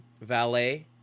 valet